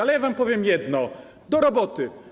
Ale ja wam powiem jedno: Do roboty.